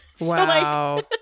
Wow